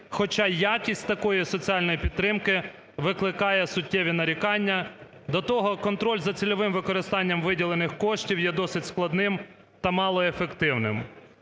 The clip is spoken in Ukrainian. хоча якість такої соціальної підтримки викликає суттєві нарікання. До того, контроль за цільовим використанням виділених коштів є досить складним та малоефективним".